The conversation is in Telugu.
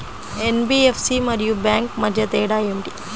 ఎన్.బీ.ఎఫ్.సి మరియు బ్యాంక్ మధ్య తేడా ఏమిటీ?